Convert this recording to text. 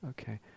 Okay